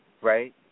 right